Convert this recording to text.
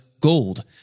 gold